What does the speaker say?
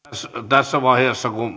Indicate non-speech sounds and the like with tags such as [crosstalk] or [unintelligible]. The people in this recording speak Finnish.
tässä vaiheessa kun [unintelligible]